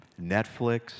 Netflix